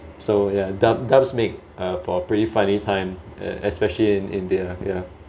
so ya dub dubs uh make for pretty funny time especially in india yeah